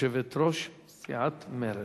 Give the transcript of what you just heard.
יושבת-ראש סיעת מרצ.